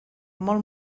molt